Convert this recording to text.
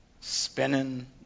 spinning